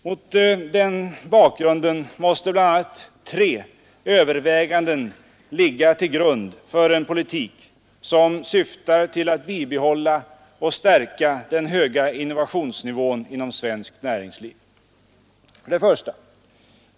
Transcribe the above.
Mot denna bakgrund måste bl.a. tre överväganden ligga till grund för en politik, som syftar till att bibehålla och stärka den höga innovationsnivån inom svenskt näringsliv. 1.